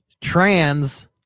trans